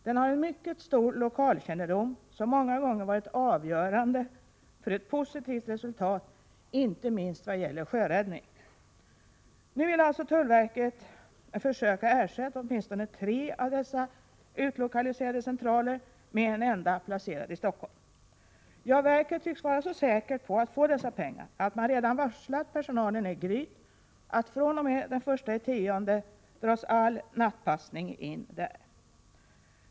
Den har en mycket stor lokalkännedom som många gånger varit avgörande för ett positivt resultat inte minst vad gäller sjöräddning. Nu vill alltså tullverket försöka ersätta åtminstone tre av dessa utlokaliserade centraler med en enda, placerad i Stockholm. Ja, verket tycks vara så säkert på att få dessa pengar att man redan varslat personalen i Gryt att fr.o.m. den 1 oktober dras all nattpassning in där.